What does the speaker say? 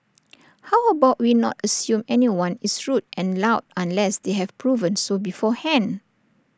how about we not assume anyone is rude and loud unless they have proven so beforehand